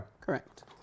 correct